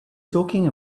talking